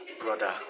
brother